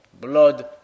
Blood